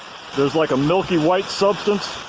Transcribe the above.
there's like a milky white substance.